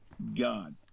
god